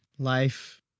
Life